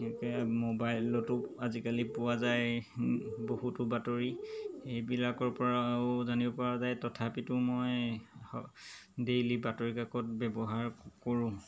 একে মোবাইলতো আজিকালি পোৱা যায় বহুতো বাতৰি এইবিলাকৰ পৰাও জানিব পৰা যায় তথাপিতো মই হ ডেইলি বাতৰিকাকত ব্যৱহাৰ কৰোঁ